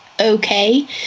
okay